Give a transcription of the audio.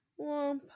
womp